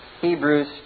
Hebrews